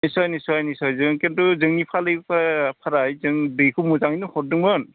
निसय निसय निसय जों खिन्थु जोंनि फालि फोराय जों दैखौ मोजाङैनो हरदोंमोन